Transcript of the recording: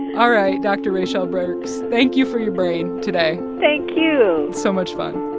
all right, dr. raychelle burks, thank you for your brain today thank you so much fun